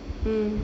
mm